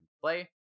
play